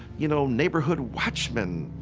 you know, neighborhood watchman.